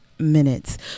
minutes